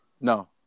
No